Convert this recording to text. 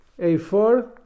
A4